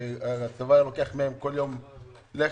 שהצבא לוקח מהם כל יום לחם.